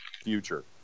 future